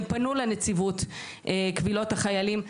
הם פנו לנציבות קבילות החיילים,